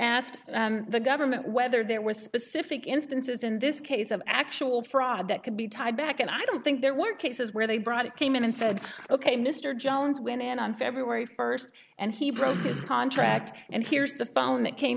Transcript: asked the government whether there were specific instances in this case of actual fraud that could be tied back and i don't think there were cases where they brought it came in and said ok mr jones went in on february first and he broke his contract and here's the phone that came